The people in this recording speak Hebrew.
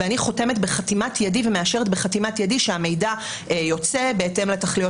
אני חותמת בחתימת ידי ומאשרת בחתימת ידי שהמידע יוצא בהתאם לתכליות